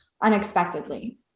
unexpectedly